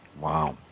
Wow